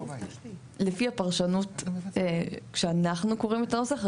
לפי הפרשנות שאנחנו קוראים את הנוסח,